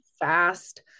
fast